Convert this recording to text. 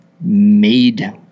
made